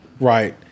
right